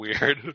weird